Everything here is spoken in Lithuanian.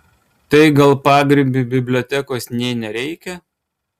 tai gal pagrybiui bibliotekos nė nereikia